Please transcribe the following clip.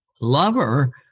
lover